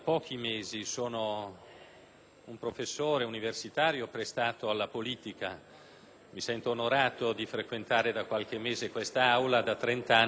un professore universitario prestato alla politica, mi sento onorato di frequentare da qualche mese quest'Aula, da trent'anni frequento